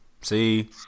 See